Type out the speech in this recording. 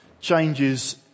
changes